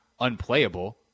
unplayable